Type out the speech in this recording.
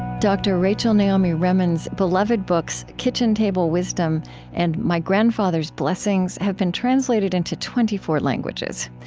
dr. rachel naomi remen's beloved books kitchen table wisdom and my grandfather's blessings have been translated into twenty four languages.